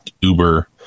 Uber